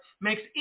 makes